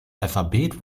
alphabet